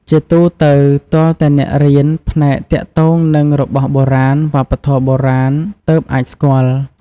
ជាទូទៅ ទាល់តែអ្នករៀន ផ្នែកទាក់ទងនឹងរបស់បុរាណ វប្បធម៌បុរាណ ទើបអាចស្គាល់។